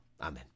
Amen